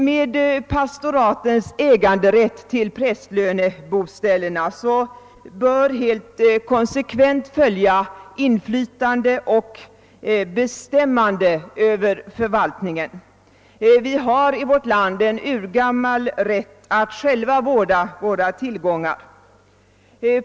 Med pastoratens äganderätt till prästlöneboställena bör helt konsekvent följa inflytande och bestämmande över förvaltningen. Vi har i vårt land en urgammal rätt att själva vårda våra tillgångar.